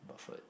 Buffet